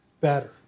better